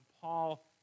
Paul